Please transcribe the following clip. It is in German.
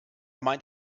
meint